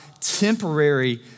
temporary